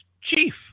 Chief